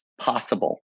possible